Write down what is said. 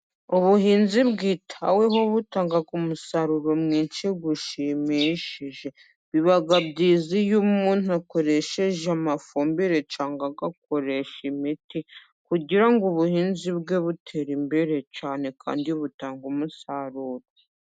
Ubuhinzi bwitaweho butanga umusaruro mwinshi ushimishije, biba byiza iyo umuntu akoresheje amafumbire cyangwa agakoresha imiti kugira ngo ubuhinzi bwe butere imbere cyane, kandi butange umusaruro.